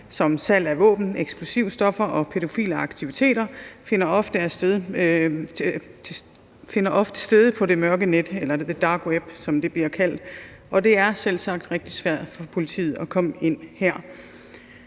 som salg af våben, eksplosivstoffer og pædofile aktiviteter ofte finder sted på det mørke net eller the dark web, som det bliver kaldt, og det er selvsagt rigtig svært for politiet at komme ind her.